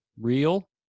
real